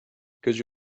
because